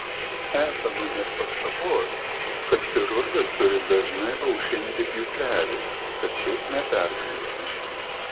esama net pastabos kad chirurgas turi dažnai aušinti pjūklelį kad šis neperkaistų